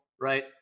right